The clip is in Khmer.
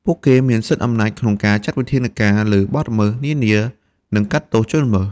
ពួកគេមានសិទ្ធិអំណាចក្នុងការចាត់វិធានការលើបទល្មើសនានា និងកាត់ទោសជនល្មើស។